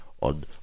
on